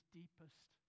deepest